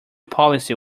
policy